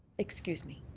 excuse me.